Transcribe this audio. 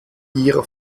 ihr